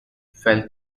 fell